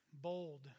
bold